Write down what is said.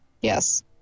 Yes